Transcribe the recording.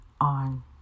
on